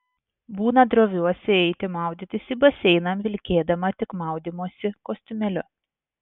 būna droviuosi eiti maudytis į baseiną vilkėdama tik maudymosi kostiumėliu